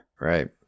Right